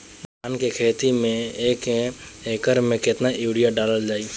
धान के खेती में एक एकड़ में केतना यूरिया डालल जाई?